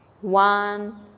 one